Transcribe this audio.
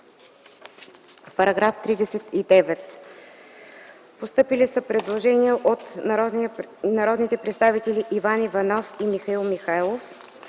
оттеглено. Постъпило е предложение от народните представители Иван Иванов и Михаил Михайлов.